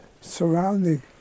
surrounding